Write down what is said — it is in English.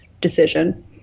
decision